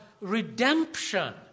redemption